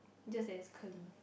just that is curly